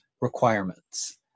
requirements